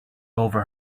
over